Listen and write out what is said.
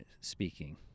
speaking